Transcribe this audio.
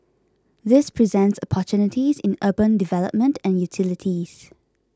this presents opportunities in urban development and utilities